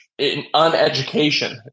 uneducation